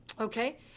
Okay